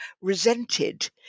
resented